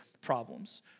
problems